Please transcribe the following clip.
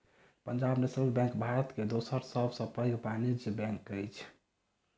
Punjab national bank Bharat के दोसर सब सॅ पैघ वाणिज्य बैंक अछि